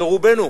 הוא שרובנו,